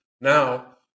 Now